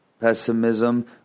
pessimism